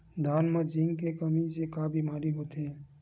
धान म जिंक के कमी से का बीमारी होथे?